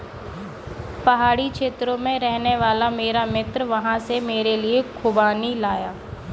पहाड़ी क्षेत्र में रहने वाला मेरा मित्र वहां से मेरे लिए खूबानी लाया